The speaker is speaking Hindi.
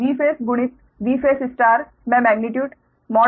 तो Vphase गुणित Vphase में मेग्नीट्यूड Vphase2ZL है